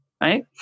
right